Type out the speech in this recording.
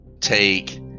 take